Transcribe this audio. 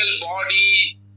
body